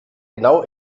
genau